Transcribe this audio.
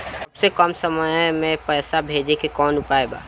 सबसे कम समय मे पैसा भेजे के कौन उपाय बा?